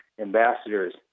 ambassadors